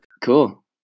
Cool